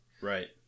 Right